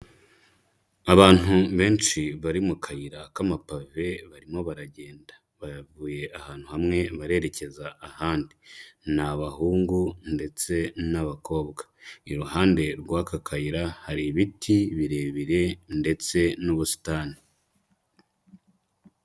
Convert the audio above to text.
Abantu benshi bari mu kayira k'amapave barimo baragenda, bayavuye ahantu hamwe barerekeza ahandi. Ni abahungu ndetse n'abakobwa. Iruhande rw'aka kayira hari ibiti birebire ndetse n'ubusitani.